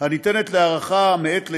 הניתנת להארכה מעת לעת,